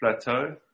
plateau